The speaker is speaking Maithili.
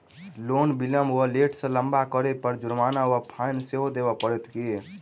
लोन विलंब वा लेट सँ जमा करै पर जुर्माना वा फाइन सेहो देबै पड़त की?